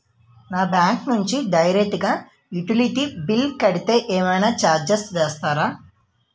నా బ్యాంక్ నుంచి డైరెక్ట్ గా యుటిలిటీ బిల్ కడితే ఏమైనా చార్జెస్ వేస్తారా?